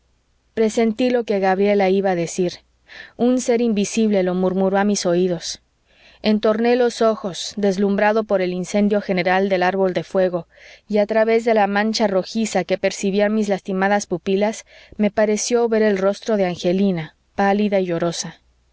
presentí lo que gabriela iba a decir un ser invisible lo murmuró a mis oídos entorné los ojos deslumbrado por el incendio general del árbol de fuego y a través de la mancha rojiza que percibían mis lastimadas pupilas me pareció ver el rostro de angelina pálida y llorosa